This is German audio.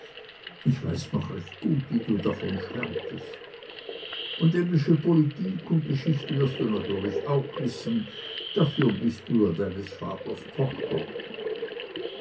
ich weiß noch recht gut wie du davon schwärmtest und englische politik und geschichte wirst du natürlich auch wissen dafür bist du ja deines vaters tochter